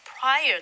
prior